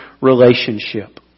relationship